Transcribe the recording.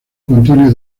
contiene